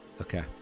Okay